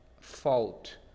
fault